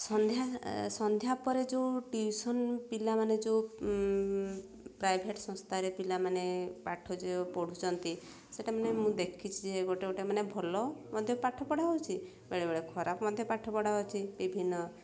ସନ୍ଧ୍ୟା ସନ୍ଧ୍ୟା ପରେ ଯେଉଁ ଟିଉସନ୍ ପିଲାମାନେ ଯେଉଁ ପ୍ରାଇଭେଟ ସଂସ୍ଥାରେ ପିଲାମାନେ ପାଠ ଯେଉଁ ପଢ଼ୁଛନ୍ତି ସେଇଟା ମାନେ ମୁଁ ଦେଖିଛି ଯେ ଗୋଟେ ଗୋଟେ ମାନେ ଭଲ ମଧ୍ୟ ପାଠ ପଢ଼ା ହଉଛି ବେଳେବେଳେ ଖରାପ ମଧ୍ୟ ପାଠ ପଢ଼ା ହଉଛି ବିଭିନ୍ନ